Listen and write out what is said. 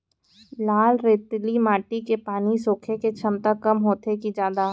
लाल रेतीली माटी के पानी सोखे के क्षमता कम होथे की जादा?